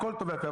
הכול טוב ויפה,